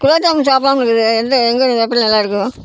குலோப் ஜாம் சாப்பிட்லாம்னு இருக்குது எந்த எங்கே எப்படி நல்லாயிருக்கும்